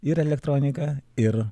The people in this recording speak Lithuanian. ir elektronika ir